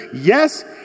yes